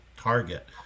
target